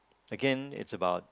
again it's about